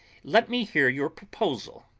let me hear your proposal.